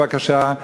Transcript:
בבקשה.